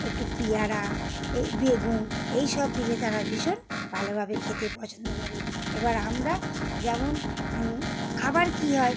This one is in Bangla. একটু পেয়ারা এই বেগুন এইসব দিলে তারা ভীষণ ভালোভাবে খেতে পছন্দ করে এবার আমরা যেমন আবার কী হয়